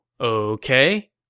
okay